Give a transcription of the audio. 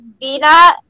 Dina